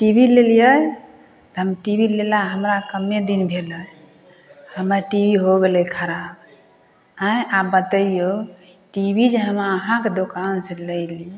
T भी लेलिए तऽ हम टी भी लेला हमरा कमे दिन भेलै हमर टी भी हो गेलै खराब आँए आब बतैऔ टी भी जे हम अहाँके दोकान से लेली